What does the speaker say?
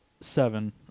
seven